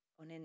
on